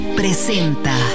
presenta